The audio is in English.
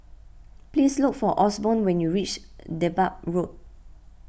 please look for Osborn when you reach Dedap Road